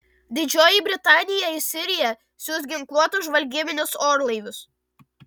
didžioji britanija į siriją siųs ginkluotus žvalgybinius orlaivius